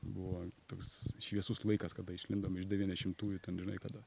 buvo toks šviesus laikas kada išlindom iš devyniasdešimtųjų ten žinai kada